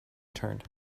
turned